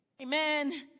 Amen